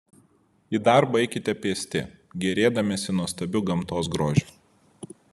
į darbą eikite pėsti gėrėdamiesi nuostabiu gamtos grožiu